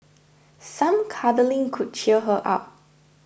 some cuddling could cheer her up